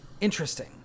interesting